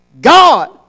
God